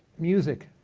music.